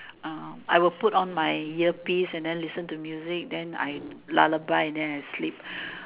uh I will put on my earpiece and then listen to music then I lullaby and then I sleep